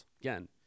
Again